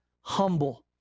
humble